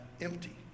empty